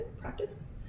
practice